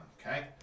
Okay